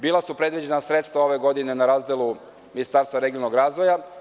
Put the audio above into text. Bila su predviđena sredstva ove godine na razdelu Ministarstva regionalnog razvoja.